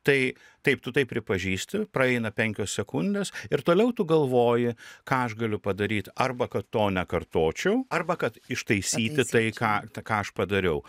tai taip tu tai pripažįsti praeina penkios sekundės ir toliau tu galvoji ką aš galiu padaryt arba kad to nekartočiau arba kad ištaisyti tai ką ką aš padariau